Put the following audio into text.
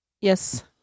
Yes